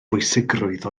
bwysigrwydd